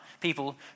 people